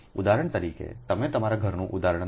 ઉદાહરણ તરીકે તમે તમારા ઘરનું ઉદાહરણ લો